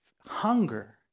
hunger